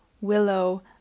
Willow